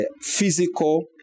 physical